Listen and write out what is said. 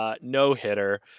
no-hitter